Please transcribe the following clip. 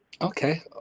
Okay